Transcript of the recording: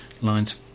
lines